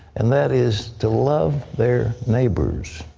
and, that is, to love their neighbors.